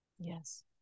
Yes